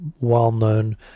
well-known